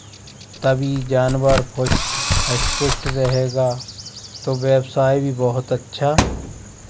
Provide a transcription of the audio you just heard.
तभी जानवर पुष्ट हृष्ट पुष्ट रहेगा तो व्यवसाय भी बहुत अच्छा